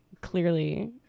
clearly